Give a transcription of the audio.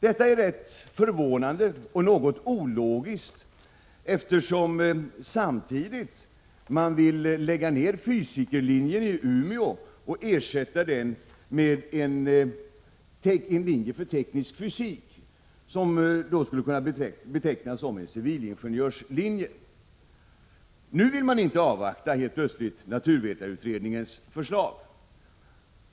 Detta är rätt förvånande och något ologiskt, eftersom man samtidigt vill lägga ner fysikerlinjen i Umeå och ersätta den med en linje för teknisk fysik, som då skulle kunna betecknas som en civilingenjörslinje. I den frågan vill man helt plötsligt inte avvakta naturvetarutredningens förslag.